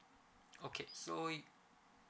okay so